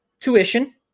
tuition